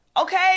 okay